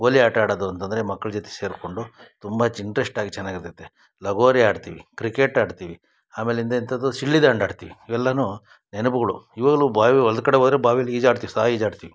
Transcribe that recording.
ಗೋಲಿ ಆಟ ಆಡೋದು ಅಂತಂದರೆ ಮಕ್ಳ ಜೊತೆ ಸೇರಿಕೊಂಡು ತುಂಬ ಚಿ ಇಂಟ್ರೆಸ್ಟಾಗಿ ಚೆನ್ನಾಗಿರ್ತೈತೆ ಲಗೋರಿ ಆಡ್ತೀವಿ ಕ್ರಿಕೆಟ್ ಆಡ್ತೀವಿ ಆಮೇಲಿಂದ ಎಂಥದೋ ಚಿನ್ನಿದಾಂಡು ಆಡ್ತೀವಿ ಇವೆಲ್ಲ ನೆನಪುಗಳು ಇವಾಗಲೂ ಬಾವಿ ಹೊಲ್ದ್ ಕಡೆ ಹೋದ್ರೆ ಬಾವಿಲಿ ಈಜಾಡ್ತೀವಿ ಸಹ ಈಜಾಡ್ತೀವಿ